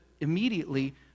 immediately